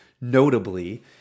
notably